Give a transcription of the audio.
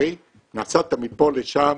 נסעת מפה לשם,